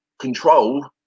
control